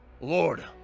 Lord